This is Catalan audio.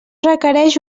requereix